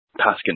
Paskin